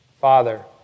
Father